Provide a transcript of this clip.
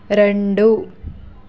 రెండు